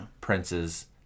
Prince's